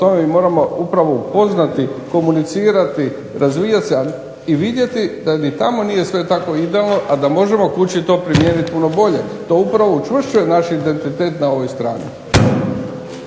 moramo upravo upoznati, komunicirati, razvijati se i vidjeti da ni tamo nije to sve idealno a da možemo kući to primijeniti puno bolje. To upravo učvršćuje naš identitet na ovoj strani.